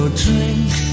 drink